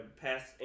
past